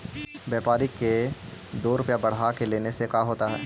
व्यापारिक के दो रूपया बढ़ा के लेने से का होता है?